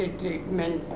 treatment